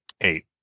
Eight